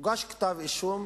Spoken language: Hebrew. הוגש כתב אישום